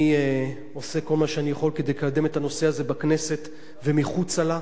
אני עושה כל מה שאני יכול כדי לקדם את הנושא הזה בכנסת ומחוצה לה.